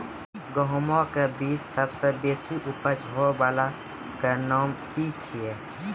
गेहूँमक बीज सबसे बेसी उपज होय वालाक नाम की छियै?